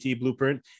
Blueprint